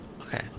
Okay